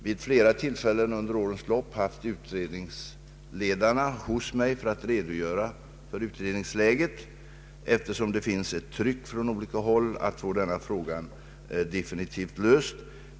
Vid flera tillfällen under årens lopp har jag haft utredningsledarna hos mig för att få redogörelser för utredningsläget, eftersom det finns ett tryck från olika håll att få denna fråga definitivt löst.